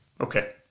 Okay